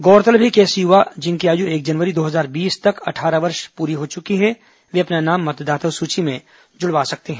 गौरतलब है कि ऐसे युवा जिनकी आयु एक जनवरी दो हजार बीस तक अट्ठारह वर्ष पूरी हो चुकी है वे अपना नाम मतदाता सूची में जुड़वा सकते हैं